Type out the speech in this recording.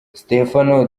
stefano